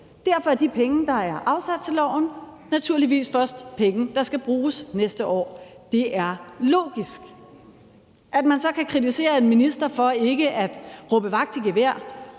Derfor er de penge, der er afsat til loven, naturligvis penge, der først skal bruges næste år. Det er logisk. At man så kan kritisere en minister for ikke at råbe vagt i gevær